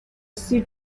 sit